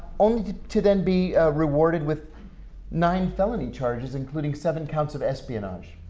only to then be rewarded with nine felony charges including seven counts of espionage.